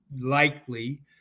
likely